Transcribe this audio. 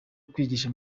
kwigisha